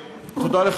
תודה,